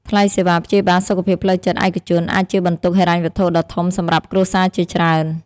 ថ្លៃសេវាព្យាបាលសុខភាពផ្លូវចិត្តឯកជនអាចជាបន្ទុកហិរញ្ញវត្ថុដ៏ធំសម្រាប់គ្រួសារជាច្រើន។